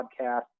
podcast